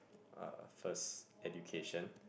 uh first education